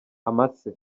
amase